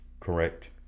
Correct